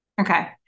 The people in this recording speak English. Okay